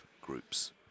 groups